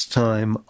time